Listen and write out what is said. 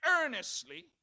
earnestly